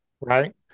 Right